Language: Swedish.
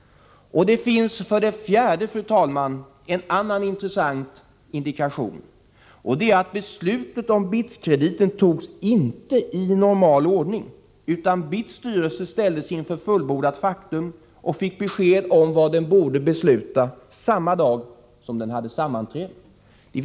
Det finns, för det fjärde, ytterligare en intressant indikation. Det är att beslutet om BITS-krediten inte togs i normal ordning. BITS styrelse ställdes inför fullbordat faktum och fick besked om vad den borde besluta samma dag som den hade sammanträde.